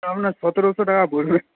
আপনার সতেরোশো টাকা পড়বে